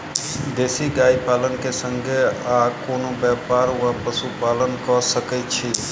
देसी गाय पालन केँ संगे आ कोनों व्यापार वा पशुपालन कऽ सकैत छी?